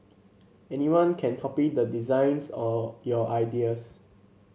anyone can copy the designs or your ideas